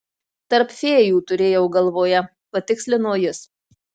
tarp fėjų turėjau galvoje patikslino jis